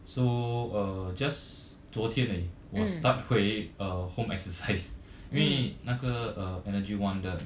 so err just 昨天而已我 start 回 home exercise 因为那个 or energy one 的